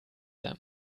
them